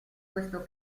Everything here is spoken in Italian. questo